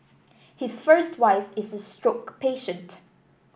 his first wife is a stroke patient